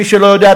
למי שלא יודע,